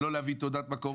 לא להביא תעודות מקור,